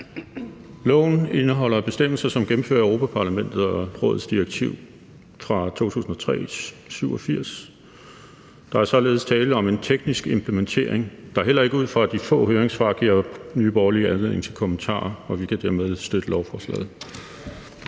indeholder bestemmelser, som gennemfører Europa-Parlamentet og Rådets direktiv 2003/87. Der er således tale om en teknisk implementering, der heller ikke ud fra de få høringssvar giver Nye Borgerlige anledning til kommentarer, og vi kan dermed støtte lovforslaget.